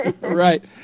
Right